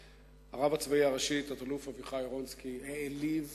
הרב הצבאי הראשי, תת-אלוף אביחי רונצקי, העליב